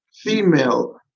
female